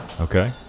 Okay